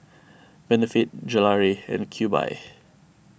Benefit Gelare and Cube I